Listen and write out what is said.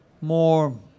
more